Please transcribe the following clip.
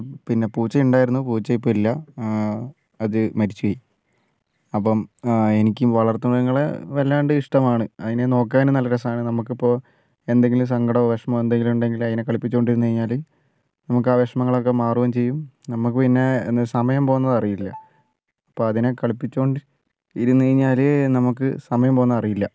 പിന്നെ പൂച്ച ഉണ്ടായിരുന്നു പൂച്ച ഇപ്പോഴില്ല അത് മരിച്ചുപോയി അപ്പം എനിക്ക് വളർത്തുമൃഗങ്ങളെ വല്ലാണ്ട് ഇഷ്ടമാണ് അതിനെ നോക്കാനും നല്ല രസമാണ് നമുക്ക് ഇപ്പോൾ എന്തെങ്കിലും സങ്കടമോ വിഷമമോ എന്തെങ്കിലും ഉണ്ടെങ്കിൽ അതിനെ കളിപ്പിച്ചുകൊണ്ടിരുന്നു കഴിഞ്ഞാൽ നമുക്ക് ആ വിഷമങ്ങളൊക്കെ മാറുകയും ചെയ്യും നമുക്ക് പിന്നെ എന്നു സമയം പോകുന്നത് അറിയില്ല അപ്പോൾ അതിനെ കളിപ്പിച്ചുകൊണ്ട് ഇരുന്നു കഴിഞ്ഞാൽ നമുക്ക് സമയം പോകുന്നതറിയില്ല